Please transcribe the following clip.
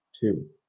two